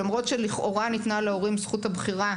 למרות שלכאורה ניתנה להורים זכות הבחירה